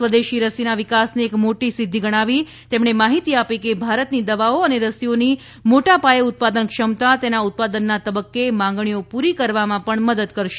સ્વદેશી રસીના વિકાસને એક મોટી સિદ્વિ ગણાવી તેમણે માહિતી આપી કે ભારતની દવાઓ અને રસીઓની મોટા પાયે ઉત્પાદન ક્ષમતા તેના ઉત્પાદનના તબક્કે માંગણીઓ પૂરી કરવામાં પણ મદદ કરશે